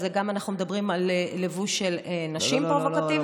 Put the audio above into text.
אז אנחנו מדברים על לבוש פרובוקטיבי של נשים.